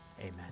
Amen